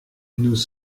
nous